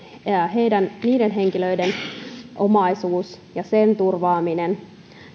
niiden henkilöiden jotka ovat enemmistönä omaisuus ja sen turvaaminen